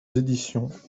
éditions